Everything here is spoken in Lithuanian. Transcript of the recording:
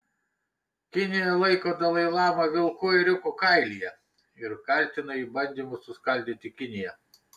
kinija laiko dalai lamą vilku ėriuko kailyje ir kaltina jį bandymu suskaldyti kiniją